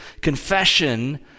confession